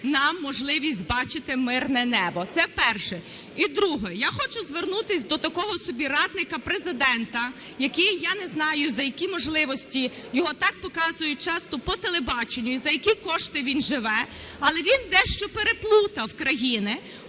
нам можливість бачити мирне небо. Це перше. Друге. Я хочу звернутися до такого собі радника Президента, який, я не знаю, за які можливості його так показують часто по телебаченню і за які кошти він живе, але він дещо переплутав країни,